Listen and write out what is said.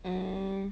um